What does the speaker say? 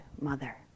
mother